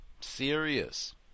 serious